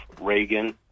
Reagan